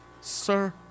sir